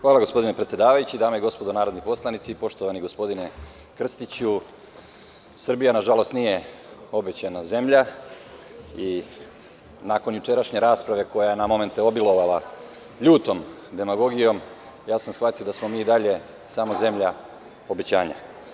Hvala gospodine predsedavajući, dame i gospodo narodni poslanici, poštovani gospodine Krstiću, Srbija nažalost nije obećana zemlja i nakon jučerašnje rasprave, koja je na momente obilovala ljutom demagogijom, shvatio sam da smo mi i dalje samo zemlja obećanja.